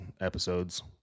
episodes